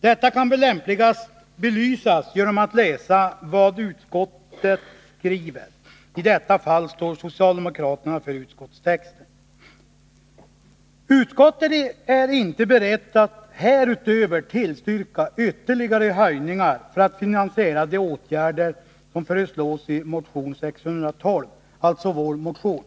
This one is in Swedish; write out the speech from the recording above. Det hela kan väl lämpligast belysas genom att man läser vad utskottet har skrivit, och i detta fall är det socialdemokraterna som står för utskottstexten: ”Utskottet är inte berett att härutöver tillstyrka ytterligare höjningar för att finansiera de åtgärder som föreslås i motion 612.” Detta gäller alltså vår motion.